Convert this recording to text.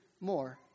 more